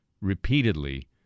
repeatedly